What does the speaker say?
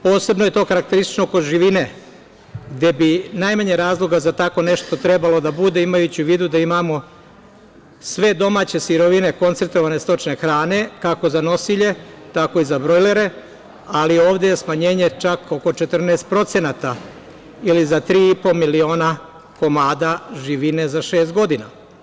Posebno je to karakteristično kod živine, gde bi najmanje razloga za tako nešto trebalo da bude, imajući u vidu da imamo sve domaće sirovine koncertovane stočne hrane, kako za nosilje, tako i za brojlere, ali ovde je smanjenje čak oko 14% ili za tri i po miliona komada živine za šest godina.